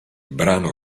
brano